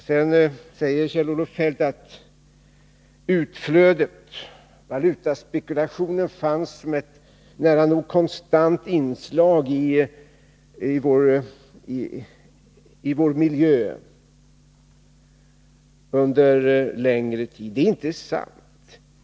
Kjell-Olof Feldt sade också att valutautflödet och valutaspekulationerna hade funnits med under en längre tid som ett nära nog konstant inslag. Det är inte sant.